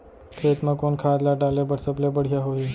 खेत म कोन खाद ला डाले बर सबले बढ़िया होही?